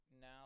Now